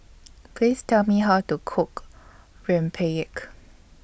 Please Tell Me How to Cook Rempeyek